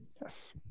Yes